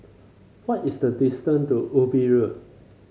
what is the distance to Ubi Road